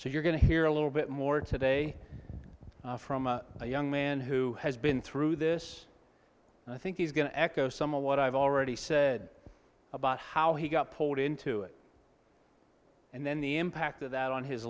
so you're going to hear a little bit more today from a young man who has been through this and i think he's going to echo some of what i've already said about how he got pulled into it and then the impact of that on his